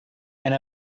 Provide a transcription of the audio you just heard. and